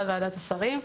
ועדת השרים.